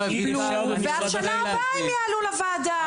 ואז שנה הבאה הם יעלו לוועדה.